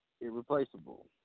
irreplaceable